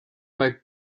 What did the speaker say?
bei